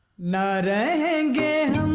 not good